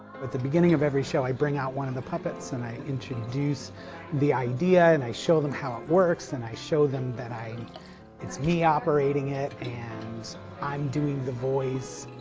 but the beginning of every show i bring out one of the puppets and i introduce the idea, and i show them how it works, and i show them that it's me operating it, and i'm doing the voice.